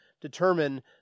determine